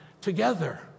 together